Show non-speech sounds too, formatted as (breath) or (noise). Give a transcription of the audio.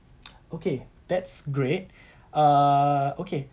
(noise) okay that's great (breath) ah okay